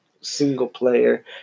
single-player